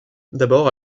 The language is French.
d’abord